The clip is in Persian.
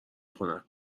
خنک